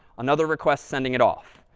another request sending it off.